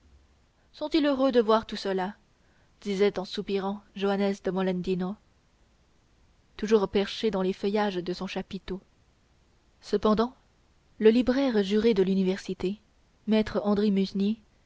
sont-ils heureux de voir tout cela disait en soupirant joannes de molendino toujours perché dans les feuillages de son chapiteau cependant le libraire juré de l'université maître andry musnier